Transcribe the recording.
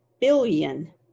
billion